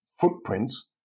footprints